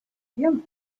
idiomas